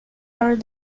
are